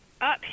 up